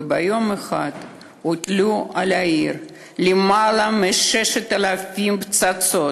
וביום אחד הוטלו על העיר למעלה מ-6,000 פצצות,